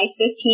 15